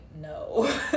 no